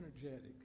energetic